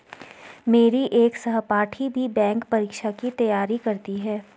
मेरी एक सहपाठी भी बैंक परीक्षा की ही तैयारी करती है